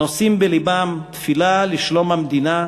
נושאים בלבם תפילה לשלום המדינה,